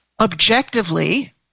objectively –